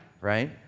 right